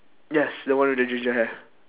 yes the one with the ginger hair